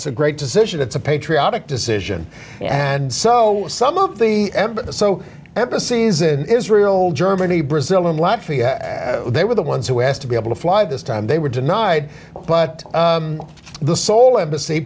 it's a great decision it's a patriotic decision and so some of the so embassies in israel germany brazil and lot for you they were the ones who has to be able to fly this time they were denied but the sole embassy